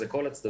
אלה כל הצדדים.